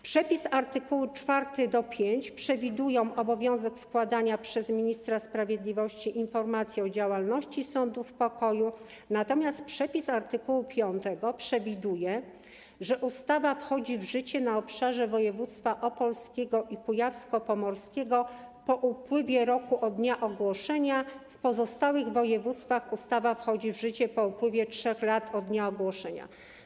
Przepisy art. 4 do 5 przewidują obowiązek składania przez ministra sprawiedliwości informacji o działalności sądów pokoju, natomiast przepis art. 5 przewiduje, że ustawa wchodzi w życie na obszarze województwa opolskiego i kujawsko-pomorskiego po upływie roku od dnia ogłoszenia, a w pozostałych województwach ustawa wchodzi w życie po upływie 3 lat od dnia ogłoszenia.